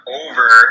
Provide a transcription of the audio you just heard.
over